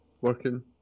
working